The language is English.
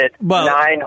nine